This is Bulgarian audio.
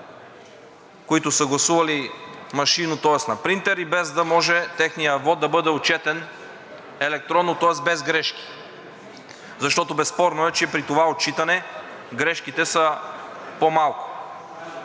които са гласували машинно, тоест на принтер, и без да може техният вот да бъде отчетен електронно, тоест без грешки, защото, безспорно е, че при това отчитане грешките са по-малко.